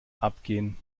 abgehen